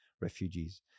refugees